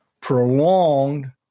prolonged